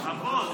הבוס.